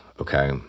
okay